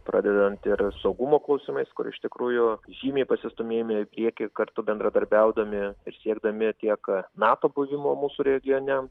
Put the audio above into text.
pradedant ir saugumo klausimais kur iš tikrųjų žymiai pasistūmėjome į priekį kartu bendradarbiaudami ir siekdami tiek nato buvimo mūsų regione